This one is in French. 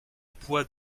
poids